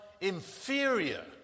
inferior